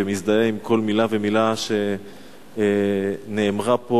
ומזדהה עם כל מלה ומלה שנאמרה פה.